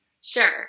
Sure